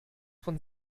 vom